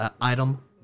item